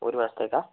ഒരു മാസത്തേക്കാണോ